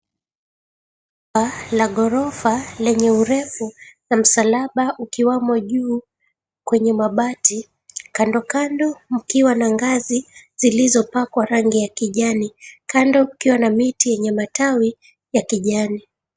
Paa la ghorofa lenye urefu ya msalaba ukiwamo juu kwenye mabati kando kando mkiwa na ngazi zilizo pakwa rangi ya kijani kando kukiwa na miti yenye matawi ya kijani.